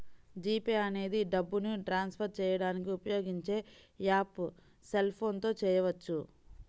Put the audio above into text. G Pay అనేది డబ్బుని transfer చేయడానికి ఉపయోగించే యాప్పు సెల్ ఫోన్ తో చేయవచ్చు